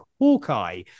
hawkeye